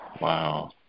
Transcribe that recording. Wow